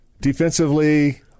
defensively